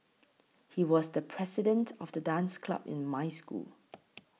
he was the president of the dance club in my school